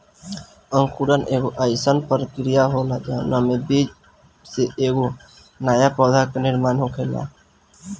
अंकुरण एगो आइसन प्रक्रिया होला जवना में बीज से एगो नया पौधा के निर्माण होखेला